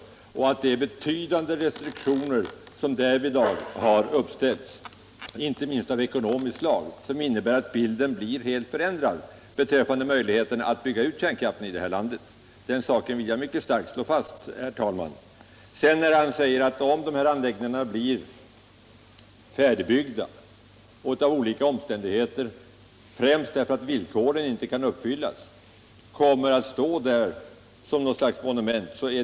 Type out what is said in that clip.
Betydande restriktioner har därvidlag uppställts, inte minst av ekonomiskt slag, som innebär att bilden blir helt förändrad beträffande möjligheterna att bygga ut kärnkraften i det här landet. Den saken vill jag mycket starkt slå fast. Sedan kommer herr Söderqvist in på frågan om anläggningarna blir färdigbyggda men av olika omständigheter — främst för att villkoren inte kan uppfyllas — kommer att stå där som något slags monument.